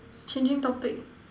changing topic